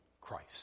Christ